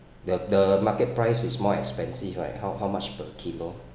the the market price is more expensive right how how much per kilo